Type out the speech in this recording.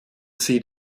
sie